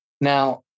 Now